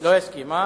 אה?